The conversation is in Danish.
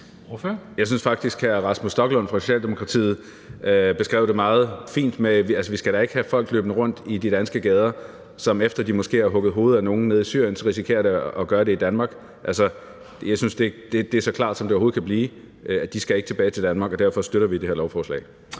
Jeg synes faktisk, hr. Rasmus Stoklund fra Socialdemokratiet beskrev det meget fint. Vi skal da ikke have folk løbende rundt i de danske gader, som, efter at de måske har hugget hovedet af nogen nede i Syrien, så risikerer at gøre det i Danmark. Jeg synes, det er så klart, som det overhovedet kan blive, at de ikke skal tilbage til Danmark, og derfor støtter vi det her lovforslag.